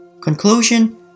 Conclusion